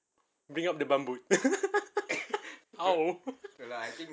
bring out the bumboat